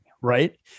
right